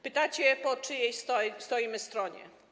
Pytacie, po czyjej stoimy stronie.